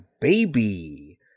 baby